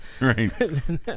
Right